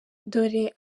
dore